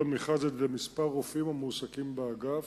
המכרז על-ידי כמה רופאים המועסקים באגף.